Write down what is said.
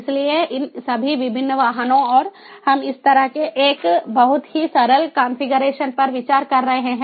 इसलिए इन सभी विभिन्न वाहनों और हम इस तरह के एक बहुत ही सरल कॉन्फ़िगरेशन पर विचार कर रहे हैं